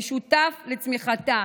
מי שותף לצמיחתה,